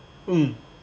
um